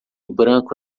branco